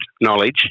knowledge